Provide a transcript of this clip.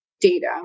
data